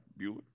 Bueller